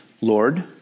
Lord